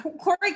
Corey